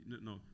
No